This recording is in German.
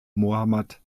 mohammad